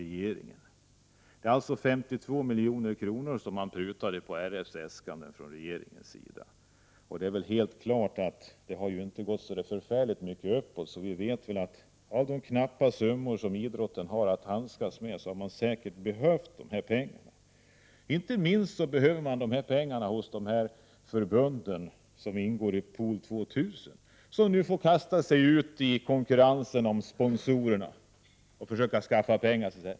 Regeringen prutade alltså 52 milj.kr. av RF:s äskande. Det är väl helt klart att idrotten med tanke på de knappa resurser som den har att handskas med hade behövt de här pengarna. Inte minst behöver de förbund som ingår i Pool 2 tusen pengar. De får nu kasta sig ut i konkurrensen om sponsorerna och försöka skaffa pengar.